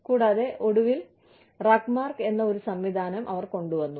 കൂടാതെ അവർ ഒടുവിൽ RUGMARK എന്ന ഒരു സംവിധാനം കൊണ്ടുവന്നു